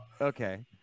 Okay